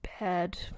bad